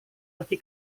pergi